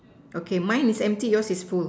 okay mine is empty yours is full